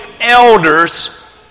elders